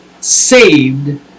saved